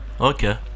okay